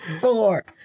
four